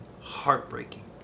heartbreaking